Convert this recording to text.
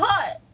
mm